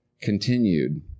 continued